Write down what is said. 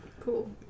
Cool